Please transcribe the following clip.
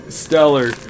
stellar